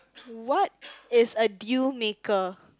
what is a deal maker